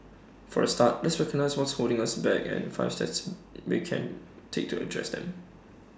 for A start let's recognise what's holding us back and the five steps we can take to address them